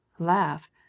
Laugh